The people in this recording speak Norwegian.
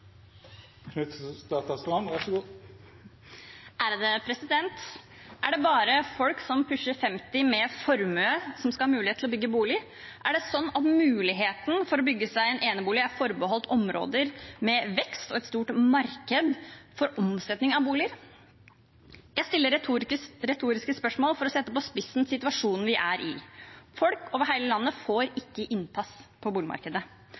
bare folk som pusher 50, med formue, som skal ha mulighet til å bygge bolig? Er det sånn at muligheten for å bygge seg en enebolig er forbeholdt områder med vekst og et stort marked for omsetning av boliger? Jeg stiller retoriske spørsmål for å sette på spissen situasjonen vi er i. Folk over hele landet får ikke innpass på boligmarkedet.